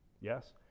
Yes